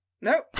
nope